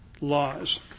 laws